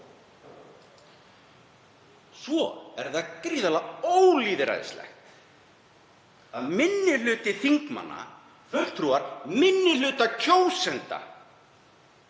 Svo er það gríðarlega ólýðræðislegt að minni hluti þingmanna, fulltrúar minni hluta kjósenda,